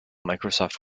microsoft